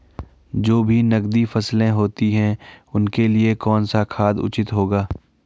जो भी नकदी फसलें होती हैं उनके लिए कौन सा खाद उचित होगा?